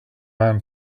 ran